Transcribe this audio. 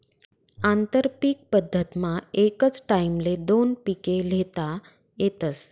आंतरपीक पद्धतमा एकच टाईमले दोन पिके ल्हेता येतस